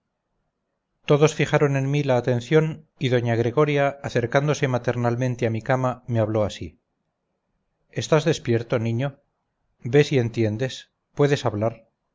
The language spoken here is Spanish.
todos fijaron en mí la atención y doña gregoria acercándose maternalmente a mi cama me habló así estás despierto niño ves y entiendes puedes hablar